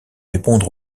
répondre